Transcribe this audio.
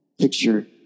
picture